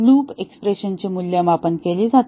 loop expression चे मूल्यमापन केले जाते